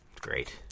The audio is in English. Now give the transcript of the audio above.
great